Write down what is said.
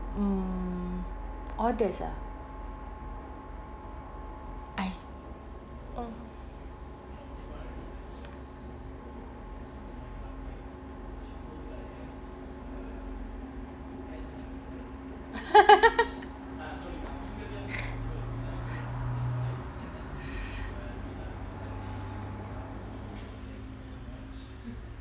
mm oddest ah !hais! mm